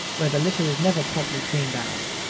where the litter is never properly cleaned out.